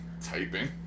typing